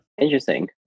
Interesting